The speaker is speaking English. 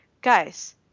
guys